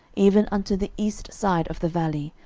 even unto the east side of the valley,